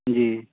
جی